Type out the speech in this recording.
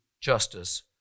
justice